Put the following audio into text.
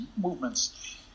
movements